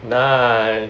ni~